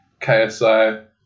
KSI